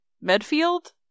Medfield